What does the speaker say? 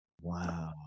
Wow